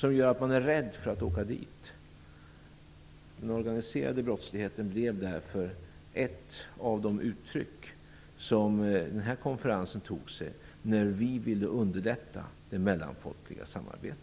Det gör att man är rädd för att åka dit. Kampen mot den organiserade brottsligheten blev därför ett av de uttryck som denna konferens tog sig när vi ville underlätta det mellanfolkliga samarbetet.